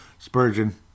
Spurgeon